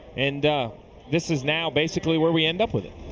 and this is now basically where we end up with it.